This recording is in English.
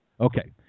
Okay